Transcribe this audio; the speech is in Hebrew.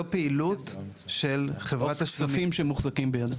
זו פעילות של --- חברת הכספים שמוחזקים בידה.